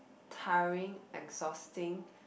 tiring exhausting